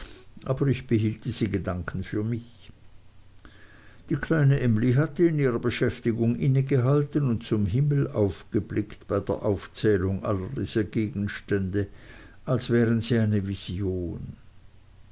aber ich behielt diese gedanken für mich die kleine emly hatte in ihrer beschäftigung inne gehalten und zum himmel aufgeblickt bei der aufzählung aller dieser gegenstände als wären sie eine vision